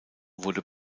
wurde